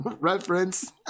reference